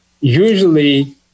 usually